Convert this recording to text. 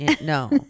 No